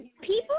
people